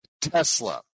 Tesla